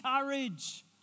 courage